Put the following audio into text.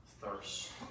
thirst